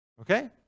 Okay